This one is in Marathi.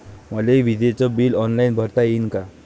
मले विजेच बिल ऑनलाईन भरता येईन का?